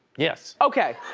yes. okay.